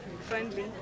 friendly